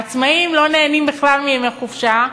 העצמאים לא נהנים בכלל מימי חופשה,